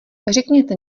řekněte